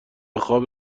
خواب